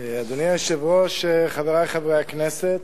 אדוני היושב-ראש, חברי חברי הכנסת,